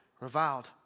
Reviled